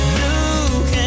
look